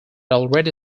already